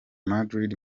madrid